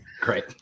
Great